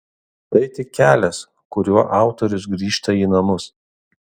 tai tik kelias kuriuo autorius grįžta į namus